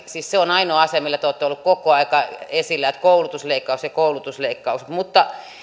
siis se on ainoa asia millä te olette olleet koko ajan esillä että koulutusleikkaus ja koulutusleikkaus mutta